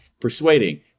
persuading